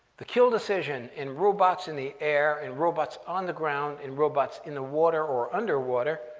the kill decision in robots in the air, in robots on the ground, in robots in the water or underwater,